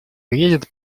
приедет